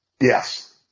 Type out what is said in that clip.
Yes